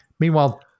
Meanwhile